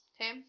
okay